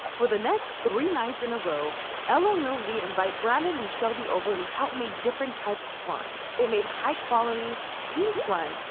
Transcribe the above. for the next three nights in a row elle and little vee invite brandon and shelby over to help make different types of slime. they made high quality pink slime,